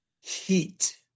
heat